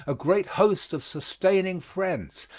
a great host of sustaining friends,